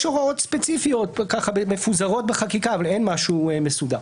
יש הוראות ספציפיות מפוזרות בחקיקה אבל אין משהו מסודר.